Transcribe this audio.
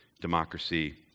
democracy